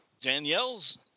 Danielle's